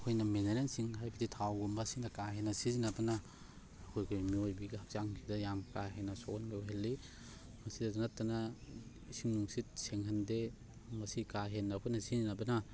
ꯑꯩꯈꯣꯏꯅ ꯃꯤꯅꯔꯦꯜꯁꯤꯡ ꯍꯥꯏꯕꯗꯤ ꯊꯥꯎꯒꯨꯝꯕꯁꯤꯅ ꯀꯥ ꯍꯦꯟꯅ ꯁꯤꯖꯟꯅꯕꯅ ꯑꯩꯈꯣꯏꯒꯤ ꯃꯤꯑꯣꯏꯕꯒꯤ ꯍꯛꯆꯥꯡꯁꯤꯗ ꯌꯥꯝ ꯀꯥ ꯍꯦꯟꯅ ꯁꯣꯛꯍꯟꯕ ꯑꯣꯏꯍꯜꯂꯤ ꯃꯁꯤꯗꯁꯨ ꯅꯠꯇꯅ ꯏꯁꯤꯡ ꯅꯨꯡꯁꯤꯠ ꯁꯦꯡꯍꯟꯗꯦ ꯃꯁꯤ ꯀꯥ ꯍꯦꯟꯅ ꯑꯩꯈꯣꯏꯅ ꯁꯤꯖꯟꯅꯕꯅ